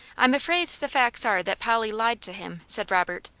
i'm afraid the facts are that polly lied to him, said robert.